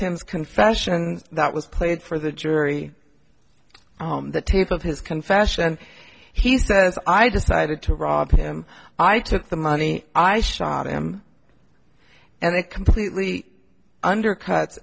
tens confessions that was played for the jury the tape of his confession he says i decided to rob him i took the money i shot him and i completely undercut